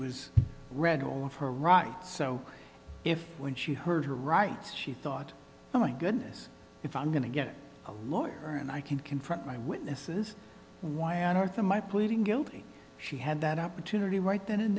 was read all of her writing so if when she heard her rights she thought oh my goodness if i'm going to get a lawyer and i can confront my witnesses why on earth in my pleading guilty she had that opportunity right then and